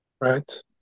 Right